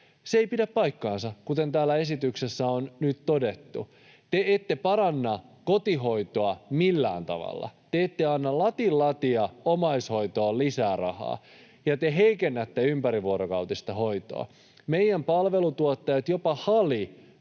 Se ei pidä paikkaansa, kuten täällä esityksessä on nyt todettu. Te ette paranna kotihoitoa millään tavalla. Te ette anna latin latia omaishoitoon lisää rahaa, ja te heikennätte ympärivuorokautista hoitoa. Meidän palveluntuottajat, jopa HALI,